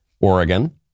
Oregon